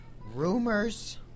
rumors